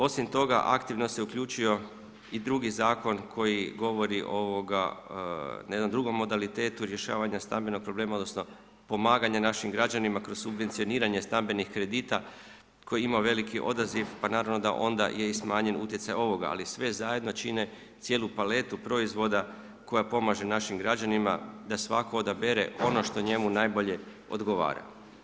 Osim toga aktivno se uključio i drugi zakon koji govori na jednom drugom modalitetu rješavanja stambenog problema, odnosno pomaganja našim građanima kroz subvencioniranje stambenih kredita, koji ima veliki odaziv, pa naravno da onda je i smanjen utjecaj ovoga, ali sve zajedno čine cijelu paletu proizvoda koja pomaže našim građanima da svatko odabere ono što njemu najbolje odgovara.